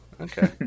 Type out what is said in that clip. Okay